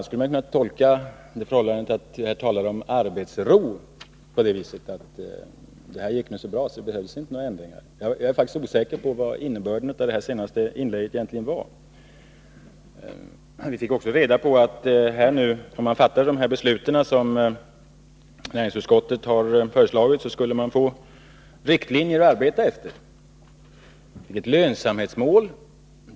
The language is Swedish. a. skulle man kunna tolka statsrådets tal om arbetsro på det viset att allt nu går så bra att det inte behövs några förändringar. Jag är faktiskt osäker om innebörden av statsrådets senaste inlägg. Vi fick också reda på att företagen, om nu riksdagen fattar de beslut som näringsutskottet har föreslagit, skall få riktlinjer att arbeta efter. Statsrådet talade om lönsamhetsmål.